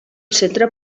centre